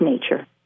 nature